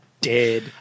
Dead